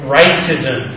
racism